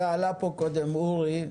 זה עלה פה קודם, אורי.